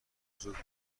زود